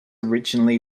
originally